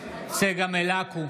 בעד צגה מלקו,